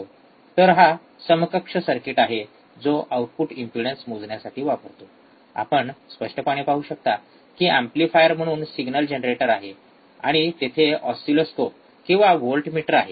तर हा समकक्ष सर्किट आहे जो आपण आउटपुट इम्पेडन्स मोजमाप करण्यासाठी वापरतो आपण स्पष्टपणे पाहू शकता की एम्पलीफायर म्हणून सिग्नल जनरेटर आहे आणि तेथे ऑसिलोस्कोप किंवा व्होल्टमीटर आहे